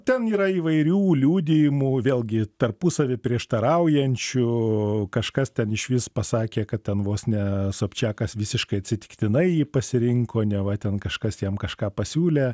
ten yra įvairių liudijimų vėlgi tarpusavy prieštaraujančių kažkas ten išvis pasakė kad ten vos ne sobčiakas visiškai atsitiktinai jį pasirinko neva ten kažkas jam kažką pasiūlė